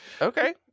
Okay